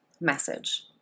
message